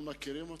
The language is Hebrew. אנחנו מכירים אותם,